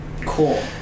Cool